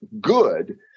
good